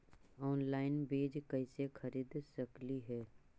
Online बीज कईसे खरीद सकली हे?